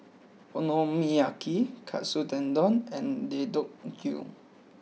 Okonomiyaki Katsu Tendon and Deodeok Gui